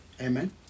Amen